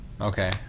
Okay